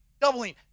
Doubling